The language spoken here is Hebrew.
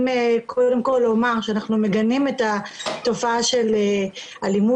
קודם כל לומר שאנחנו מגנים את התופעה של אלימות,